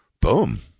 Boom